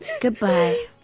Goodbye